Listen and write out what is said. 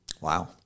Wow